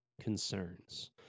concerns